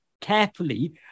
carefully